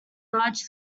large